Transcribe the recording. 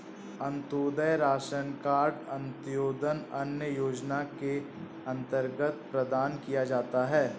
Antyodaya ration card अंत्योदय अन्न योजना के अंतर्गत प्रदान किया जाता है